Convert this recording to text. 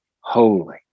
holy